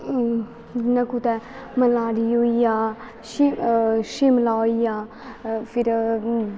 जि'यां कुतै मनाली होइया शिमला होइया फिर डोडा होइया